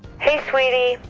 hey sweetie,